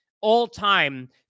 all-time